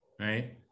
right